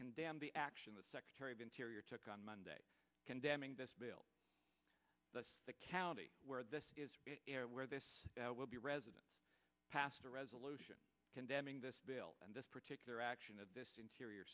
condemned the action the secretary of interior took on monday condemning this bill the county where where this will be resident passed a resolution condemning this bill and this particular action of this interior